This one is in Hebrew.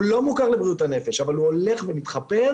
הוא לא מוכר לבריאות הנפש, אבל הוא הולך ומתחפר.